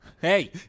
Hey